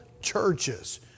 churches